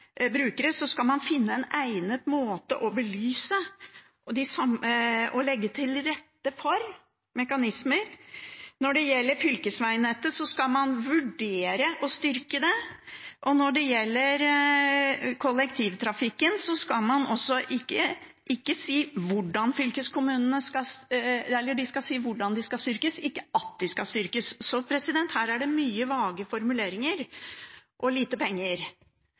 skal man finne en egnet måte å «belyse og legge til rette for mekanismer». Når det gjelder fylkesvegnettet, skal man «vurdere å styrke» det. Og når det gjelder kollektivtrafikken, skal man si hvordan fylkeskommunene skal styrkes, ikke at de skal styrkes. Så her er det mye vage formuleringer og lite penger.